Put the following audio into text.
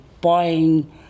buying